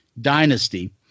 Dynasty